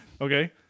Okay